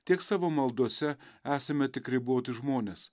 tiek savo maldose esame tik riboti žmonės